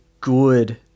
good